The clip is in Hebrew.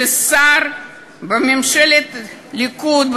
כששר בממשלת הליכוד,